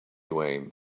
wayne